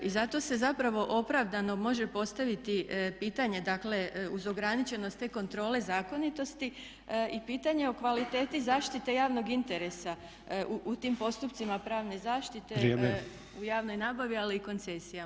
I zato se zapravo opravdano može postaviti pitanje, dakle uz ograničenost te kontrole zakonitosti i pitanje o kvaliteti zaštite javnog interesa u tim postupcima pravne zaštite [[Upadica Sanader: Vrijeme.]] u javnoj nabavi, ali i koncesijama.